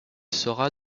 sera